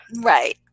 right